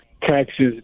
taxes